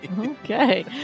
Okay